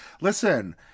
Listen